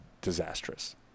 disastrous